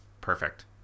Perfect